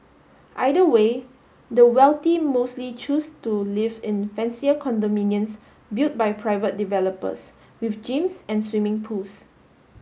either way the wealthy mostly choose to live in fancier condominiums built by private developers with gyms and swimming pools